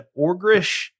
Orgrish